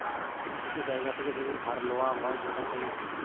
কিছু জায়গা থেকে যদি ধার লওয়া হয় সেটা ক্রেডিট